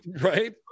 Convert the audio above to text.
Right